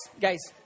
guys